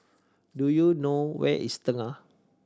do you know where is Tengah